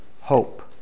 hope